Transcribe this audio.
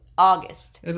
August